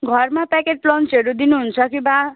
घरमा प्याकेट लन्चहरू दिनुहुन्छ कि वा